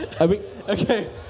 Okay